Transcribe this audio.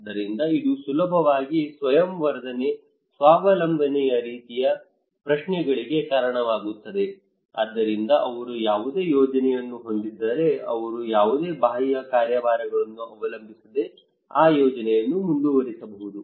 ಆದ್ದರಿಂದ ಅದು ಸುಲಭವಾಗಿ ಸ್ವಯಂ ವರ್ಧನೆ ಸ್ವಾವಲಂಬನೆಯ ರೀತಿಯ ಪ್ರಶ್ನೆಗಳಿಗೆ ಕಾರಣವಾಗುತ್ತದೆ ಆದ್ದರಿಂದ ಅವರು ಯಾವುದೇ ಯೋಜನೆಯನ್ನು ಹೊಂದಿದ್ದರೆ ಅವರು ಯಾವುದೇ ಬಾಹ್ಯ ಕಾರ್ಯಭಾರಗಳನ್ನು ಅವಲಂಬಿಸದೆ ಆ ಯೋಜನೆಯನ್ನು ಮುಂದುವರಿಸಬಹುದು